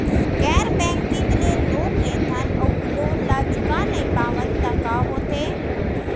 गैर बैंकिंग ले लोन लेथन अऊ लोन ल चुका नहीं पावन त का होथे?